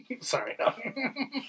sorry